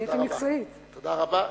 תודה רבה.